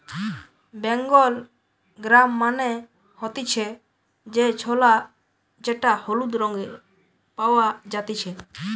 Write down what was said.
Bengal gram মানে হতিছে যে ছোলা যেটা হলুদ রঙে পাওয়া জাতিছে